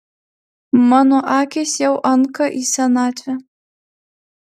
mano akys jau anka į senatvę